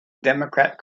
democrat